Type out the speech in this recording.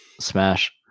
smash